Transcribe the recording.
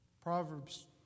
Proverbs